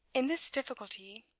in this difficulty,